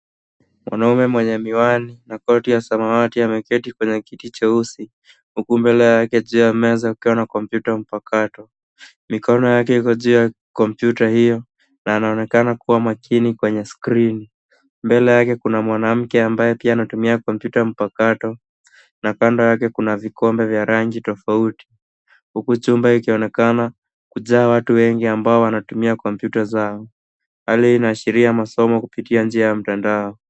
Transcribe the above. Mwanaume mwenye miwani na koti ya samawati ameketi kwenye kiti cheusi huku mbele yake juu ya meza kukiwa na kompyuta mpakato. Mikono yake Iko juu ya kompyuta hio na anaonekana kuwa makini kwenye skrini. Mbele yake kuna mwanamke ambaye pia anatumia kompyuta mpakato na kando yake kuna vikombe vya rangi tofauti huku chumba ilionekana kujaa watu wengi ambao wanatumia kompyuta zao. Hali hii inaashiria masomo kupitia njia ya mtandao.